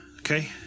Okay